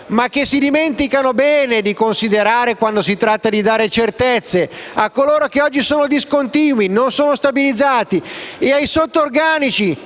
ma che si dimenticano bene di considerare quando si tratta di dare certezze a coloro che oggi sono discontinui e non sono stabilizzati, e i sotto organici: